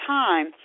time